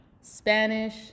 Spanish